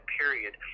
period